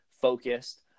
focused